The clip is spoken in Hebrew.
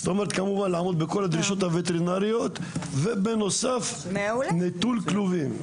כמובן לעמוד בכל הדרישות הווטרינריות ובנוסף נטול כלובים.